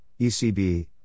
ECB